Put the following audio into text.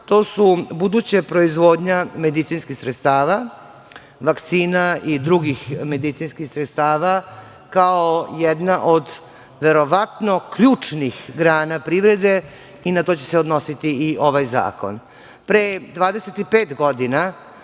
to je buduća proizvodnja medicinskih sredstava, vakcina i drugih medicinskih sredstava kao jedna od verovatno ključnih grana privrede i na to će se odnosi i ovaj zakon. Pre